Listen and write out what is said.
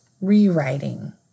rewriting